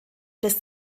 des